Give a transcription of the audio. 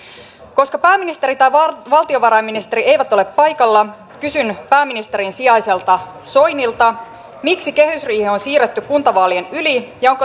koska pääministeri ja valtiovarainministeri eivät ole paikalla kysyn pääministerin sijaiselta soinilta miksi kehysriihi on siirretty kuntavaalien yli